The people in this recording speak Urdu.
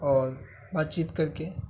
اور بات چیت کر کے